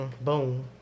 Boom